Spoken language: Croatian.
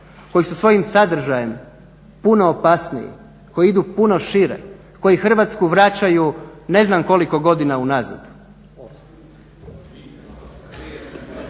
koji su svojim sadržajem puno opasniji, koji idu puno šire, koji Hrvatsku vraćaju ne znam koliko godina unazad.